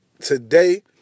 today